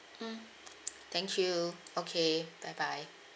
mm thank you okay bye bye